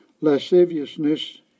lasciviousness